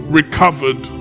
recovered